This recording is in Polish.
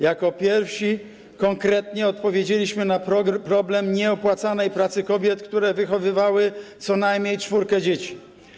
Jako pierwsi konkretnie odpowiedzieliśmy na problem nieopłacanej pracy kobiet, które wychowywały co najmniej czwórkę dzieci.